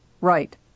Right